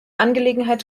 angelegenheit